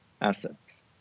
assets